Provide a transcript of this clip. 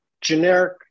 generic